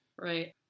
Right